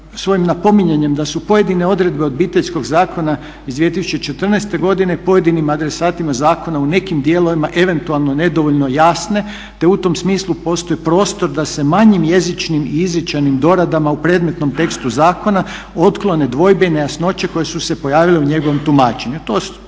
svojim napominjanjem da su pojedine odredbe Obiteljskog zakona iz 2014. godine pojedinim adresatima zakona u nekim dijelovima eventualno nedovoljno jasne, te u tom smislu postoji prostor da se manjim jezičnim i izričajnim doradama u predmetnom tekstu zakona otklone dvojbe i nejasnoće koje su se pojavile u njegovom tumačenju. To je